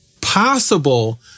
possible